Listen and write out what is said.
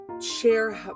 share